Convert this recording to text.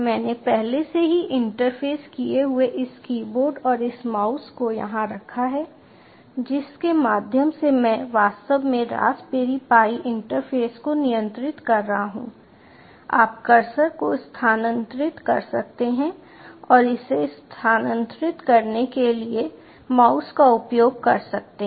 मैंने पहले से ही इंटरफ़ेस किए हुए एक कीबोर्ड और एक माउस को यहाँ रखा है जिसके माध्यम से मैं वास्तव में रास्पबेरी पाई इंटरफ़ेस को नियंत्रित कर रहा हूं आप कर्सर को स्थानांतरित कर सकते हैं और इसे स्थानांतरित करने के लिए माउस का उपयोग कर सकते हैं